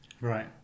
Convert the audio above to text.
Right